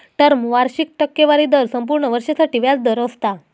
term वार्षिक टक्केवारी दर संपूर्ण वर्षासाठी व्याज दर असता